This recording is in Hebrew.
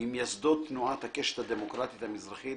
ממייסדות תנועת "הקשת הדמוקרטית המזרחית"